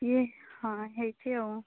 କିଏ ହଁ ହେଇଛି ଆଉ